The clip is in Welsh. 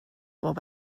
bob